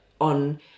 on